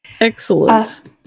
Excellent